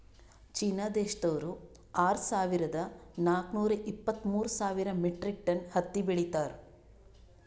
China ದೇಶ್ದವ್ರು ಆರ್ ಸಾವಿರದಾ ನಾಕ್ ನೂರಾ ಇಪ್ಪತ್ತ್ಮೂರ್ ಸಾವಿರ್ ಮೆಟ್ರಿಕ್ ಟನ್ ಹತ್ತಿ ಬೆಳೀತಾರ್